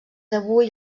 avui